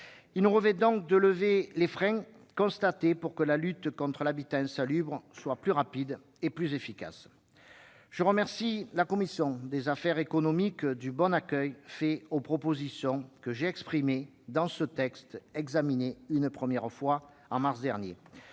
Il nous revient de lever les freins constatés pour que la lutte contre l'habitat insalubre soit plus rapide et plus efficace. Je remercie la commission des affaires économiques du bon accueil fait aux propositions que j'ai exposées dans ce texte, examiné une première fois en mars dernier.